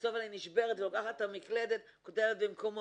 שבסוף אני נשברת ולוקחת את המקלדת להקליד במקומו.